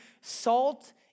salt